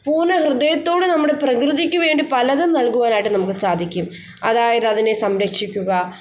പൂർണ്ണ ഹൃദയത്തോടെ നമ്മുടെ പ്രകൃതിക്ക് വേണ്ടി പലതും നൽകുവാനായിട്ട് നമുക്ക് സാധിക്കും അതായത് അതിനെ സംരക്ഷിക്കുക